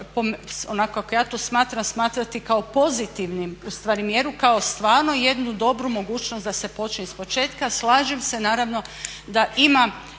onako kako ja to smatram smatrati kao pozitivnim, u stvari mjeru kao stvarno jednu dobru mogućnost da se počne ispočetka. Slažem se naravno da ima